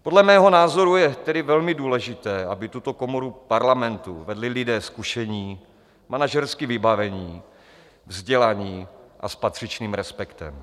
Podle mého názoru je tedy velmi důležité, aby tuto komoru Parlamentu vedli lidé zkušení, manažersky vybavení, vzdělaní a s patřičným respektem.